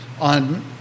on